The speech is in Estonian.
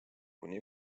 kuni